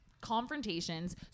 confrontations